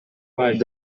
the